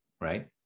right